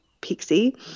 Pixie